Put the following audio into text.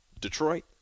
Detroit